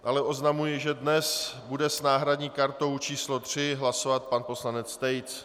Dále oznamuji, že dnes bude s náhradní kartou číslo 3 hlasovat pan poslanec Tejc.